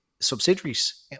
subsidiaries